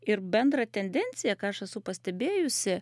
ir bendrą tendenciją ką aš esu pastebėjusi